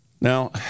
Now